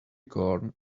corn